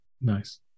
Nice